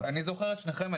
אני זוכר את שניכם.